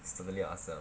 it's totally awesome